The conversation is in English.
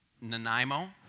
Nanaimo